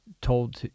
told